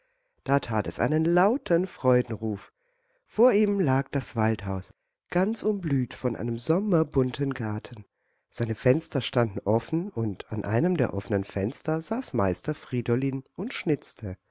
da tat der einen lauten freudenruf vor ihm lag das waldhaus ganz umblüht von einem sommerbunten garten seine fenster standen offen und an einem der offenen fenster saß meister friedolin und schnitzte